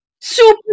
Super